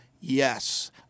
Yes